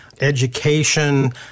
education